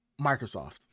microsoft